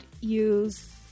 use